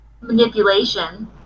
manipulation